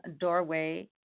doorway